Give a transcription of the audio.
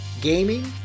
gaming